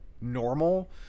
normal